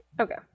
Okay